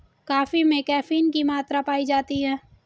coffee में caffeine की मात्रा पाई जाती है